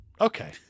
Okay